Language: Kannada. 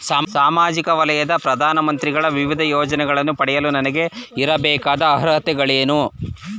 ಸಾಮಾಜಿಕ ವಲಯದ ಪ್ರಧಾನ ಮಂತ್ರಿಗಳ ವಿವಿಧ ಯೋಜನೆಗಳನ್ನು ಪಡೆಯಲು ನನಗೆ ಇರಬೇಕಾದ ಅರ್ಹತೆಗಳೇನು?